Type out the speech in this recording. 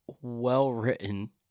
well-written